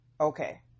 Okay